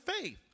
faith